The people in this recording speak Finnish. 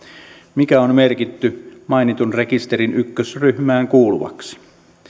mikä on merkitty mainitun rekisterin ryhmään yhdeksi kuuluvaksi